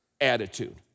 attitude